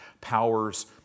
powers